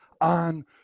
on